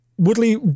Woodley